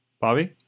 Bobby